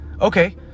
Okay